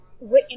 written